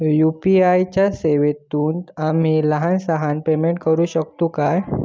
UPI च्या सेवेतून आम्ही लहान सहान पेमेंट करू शकतू काय?